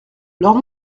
lord